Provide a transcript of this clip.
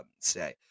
say